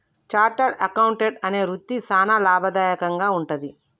chartered accountant అనే వృత్తి సానా లాభదాయకంగా వుంటది